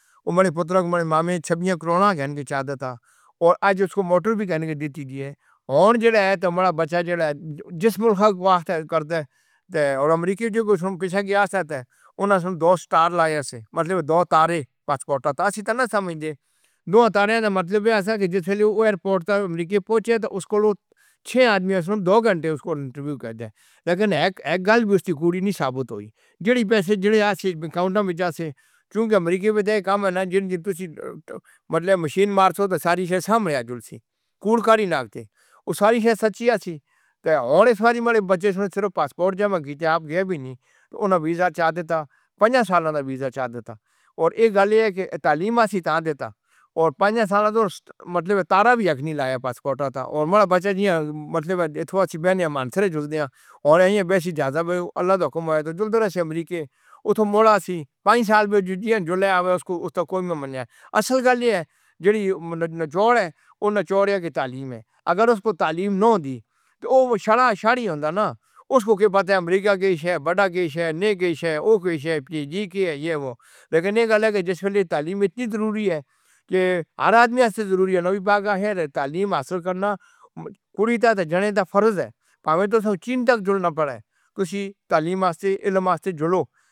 انمولن دے لئی سوچنا یتراں دی مدد نال، تے اج اسنوں موٹر وی کتھے نئیں دیندے۔ تُجھے ہوݨ والا بچہ جسم دے واسطے کردا ہے تے امریکہ دے نال ہُنر دو سٹار لائف مطلب دو تارے۔ پاسپورٹ تاں اصلی تاں نہ سمجھے۔ دو تانے دا مطلب ہے کہ جیسے ہی تساں ایئرپورٹ تے پہنچو تاں اسنوں چھہ آدمی دو، گھنٹے اسدا انٹرویو کرن۔ پر اک اک گلی دی کُڑی نہیں ثابت ہوئی۔ جیہڑے پیسے جوڑ دے بینک اکاؤنٹس وچ جاندے نیں۔ کیونکہ امریکہ وچ کم ہووے نہ جیسے مشین۔ مارکس کو تاں ساری کوشش اساں جٹ توں کُڑے دی نئیں لگدی۔ اوہ ساری کَشش سچی نہ سی تاں عورتاں نے بچے صرف پاسپورٹ جمع دے نال ایہ وی نہیں تاں انہاں نوں ویزا چاہیدا سی۔ پنج سال دا ویزا چاہیدا سی تے اک گَرل ہے کہ تعلیم اصلی تانڈے سی تے پنج سال تاں مطلب تارا وی نہ لگا پاسپورٹ تے تے بچا جیا مطلب ایسی بہن منسرور جُلدے نیں تے ایسی بہن توں زیادہ اوہ اللہ حافظ امریکے۔ اُتھے موڑدی پنج سال ہو جاون اسنوں اُس وچ اصل گَرل ہے جو نچوڑا نچوڑا دے تعلیم ہے۔ اگر اسنوں تعلیم نہ ہوندی تاں اُس نوں چھڈ دتا جاندا نہ کہ اوہ بات امریکہ دی ہے، وڈی دی ہے، نہ دی ہے، او دی ہے، پی ایچ ڈی دی ہے، پر ایہ کلا دے جیسے کالج تعلیم اِنّی ضروری ہے کہ ہر آدمی دے لئی ضروری ہے۔ نواں باغ ہے تعلیم حاصل کرنا، کُڑی دا تاں جنے دا فرض ہے۔ ہے۔ تاں چنتک جُڑنا پیا ہے۔ کجھ تعلیم والے علم والے جُڑو۔"